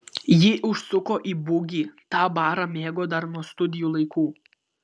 ji užsuko į bugį tą barą mėgo dar nuo studijų laikų